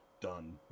done